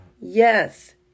Yes